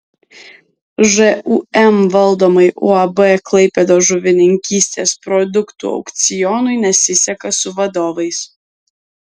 žūm valdomai uab klaipėdos žuvininkystės produktų aukcionui nesiseka su vadovais